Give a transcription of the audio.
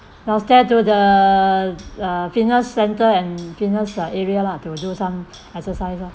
downstair to the uh fitness centre and fitness uh area lah to do some exercise lah